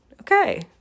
Okay